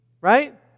Right